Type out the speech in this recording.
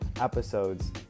episodes